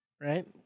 right